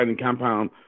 compound